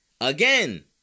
again